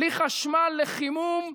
בלי חשמל לחימום,